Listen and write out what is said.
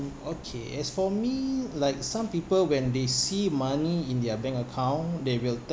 okay as for me like some people when they see money in their bank account they will